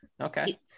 okay